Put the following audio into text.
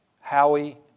Howie